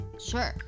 Sure